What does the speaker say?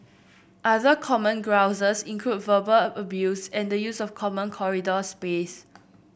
other common grouses include verbal abuse and the use of common corridor space